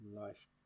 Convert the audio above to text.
life